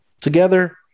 together